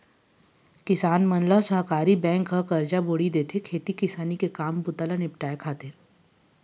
किसान मन ल सहकारी बेंक ह करजा बोड़ी देथे, खेती किसानी के काम बूता ल निपाटय खातिर